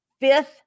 Fifth